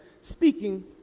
speaking